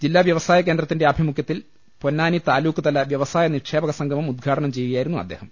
ജില്ലാ വൃവസായ കേന്ദ്രത്തിന്റെ ആഭി മുഖ്യത്തിൽ പൊന്നാനി താലൂക്ക്തല വ്യവസായ നിക്ഷേപക സംഗമം ഉദ്ഘാടനം ചെയ്യുകയായിരുന്നു അദ്ദേഹം